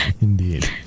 indeed